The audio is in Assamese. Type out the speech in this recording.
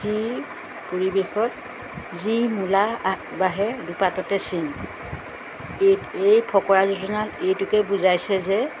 যি পৰিৱেশত যি মূলা আগবাঢ়ে দুপাততে চিন এই এই ফকৰা যোজনাত এইটোকে বুজাইছে যে